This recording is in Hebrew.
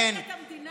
מה הציבור בחר,